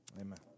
Amen